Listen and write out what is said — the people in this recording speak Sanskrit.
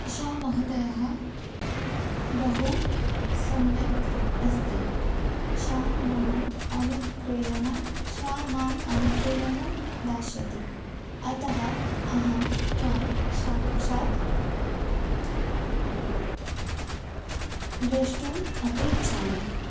एषः महोदयः बहु सम्यक् अस्ति सः मम अनुप्रेरणां सः माम् अनुप्रेरणां दास्यति अतः अहं तं साक्षात् द्रष्टुम् अपि इच्छामि